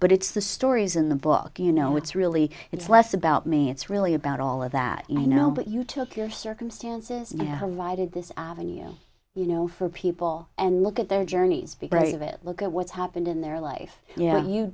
but it's the stories in the book you know it's really it's less about me it's really about all of that you know but you took your circumstances yeah why did this avenue you know you know for people and look at their journeys be brave it look at what's happened in their life you know you